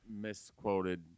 misquoted